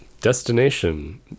Destination